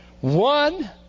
One